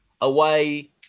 away